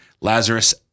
Lazarus